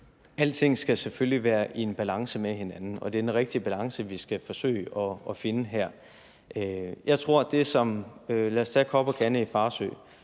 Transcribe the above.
selvfølgelig være i en balance med hinanden, og det er den rigtige balance, vi skal forsøge at finde her. Lad os tage Kop & Kande i Farsø: